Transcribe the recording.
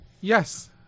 Yes